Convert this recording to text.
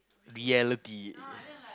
reality